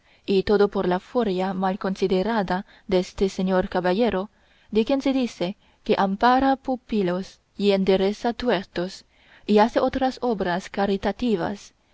y todo por la furia mal considerada deste señor caballero de quien se dice que ampara pupilos y endereza tuertos y hace otras obras caritativas